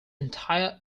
entire